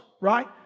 right